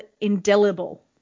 indelible